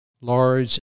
large